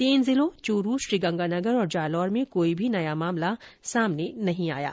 तीन जिलों चूरू श्रीगंगानगर और जालौर में कोई भी नया मामला सामने नहीं आया है